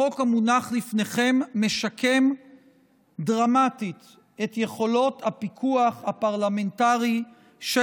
החוק המונח לפניכם משקם דרמטית את יכולות הפיקוח הפרלמנטרי של